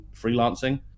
freelancing